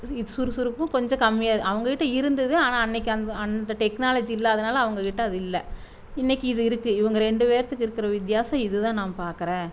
இது சுறுசுறுப்பும் கொஞ்சம் கம்மியாக அவங்ககிட்ட இருந்தது ஆனால் அன்றைக்கி அந்த அந்த டெக்னாலஜி இல்லாததுனால அவங்ககிட்ட அது இல்லை இன்றைக்கி இது இதுக்கு இவங்க ரெண்டு பேற்றுக்கு இருக்கிற வித்தியாசம் இதுதான் நான் பார்க்குறேன்